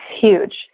huge